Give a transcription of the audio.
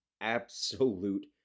absolute